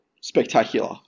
spectacular